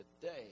Today